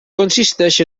consisteix